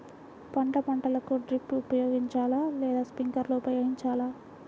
పండ్ల పంటలకు డ్రిప్ ఉపయోగించాలా లేదా స్ప్రింక్లర్ ఉపయోగించాలా?